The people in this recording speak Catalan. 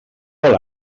vol